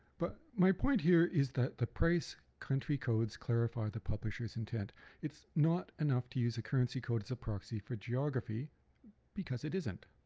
but my point here is that the price country codes clarify the publisher's intent it's not enough to use a currency code as a proxy for geography because it isn't.